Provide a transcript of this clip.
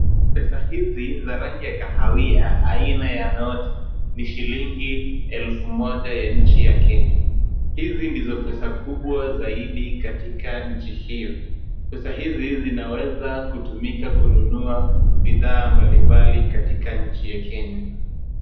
Pesa hizi za rangi ya kahawia aina ya noti, ni shilingi elfu moja ya nchi ya Kenya. Hizi ndio pesa kubwa kabisa kwenya nchi hiyo. Pesa hizi zinaweza kutumika kununua bidhaa mbaki mbali katika nchi ya Kenya.